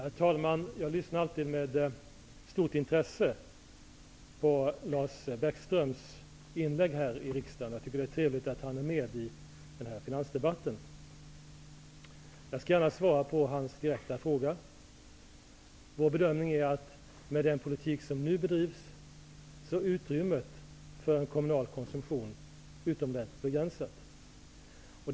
Herr talman! Jag lyssnar alltid på Lars Bäckströms inlägg här i riksdagen med stort intresse. Det är trevligt att han deltar i denna finansdebatt. Jag skall gärna svara på hans direkta fråga. Vår bedömning är att utrymmet för en kommunal konsumtion, med den politik som nu bedrivs, är utomordentligt begränsat.